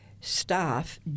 staff